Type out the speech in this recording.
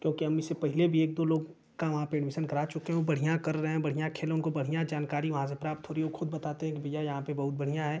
क्योंकि हम इससे पहले भी एक दो लोग का वहाँ पर एडमीसन करा चुके हैं वो बढ़िया कर रहे हैं बढ़िया खेल उनको बढ़िया जानकारी वहाँ से प्राप्त हो रही है वो ख़ुद बताते हैं कि भैया यहाँ पर बहुत बढ़िया है